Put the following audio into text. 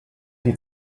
die